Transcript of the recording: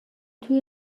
توی